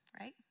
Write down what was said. right